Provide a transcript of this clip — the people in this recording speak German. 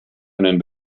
einen